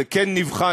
זה כן נבחן,